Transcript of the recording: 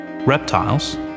reptiles